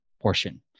portion